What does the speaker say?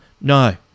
No